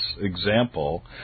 example